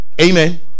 amen